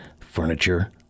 furniture